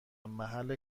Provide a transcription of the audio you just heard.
محل